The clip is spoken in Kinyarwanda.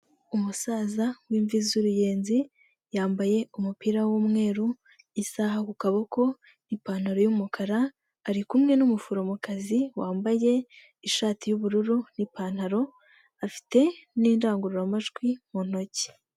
Umusaza w'imvizi z'uruyenzi yambaye umupira w'umweru, isaha ku kaboko, ipantaro y'umukara, ari kumwe n'umuforomokazi wambaye ishati y'ubururu n'ipantaro afite n'indangururamajwi mu ntoki.